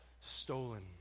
stolen